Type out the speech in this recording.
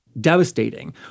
devastating